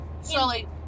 slowly